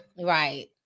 Right